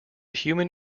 human